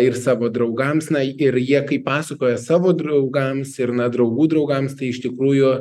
ir savo draugams na ir jie kai pasakoja savo draugams ir na draugų draugams tai iš tikrųjų